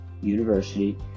University